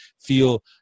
feel